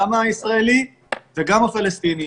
גם הישראלי וגם הפלסטיני.